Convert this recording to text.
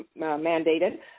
mandated